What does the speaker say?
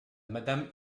madame